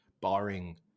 barring